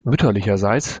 mütterlicherseits